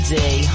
day